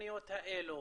התוכניות האלה